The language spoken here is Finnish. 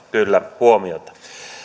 kyllä huomioon